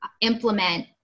implement